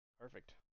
Perfect